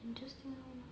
I'm just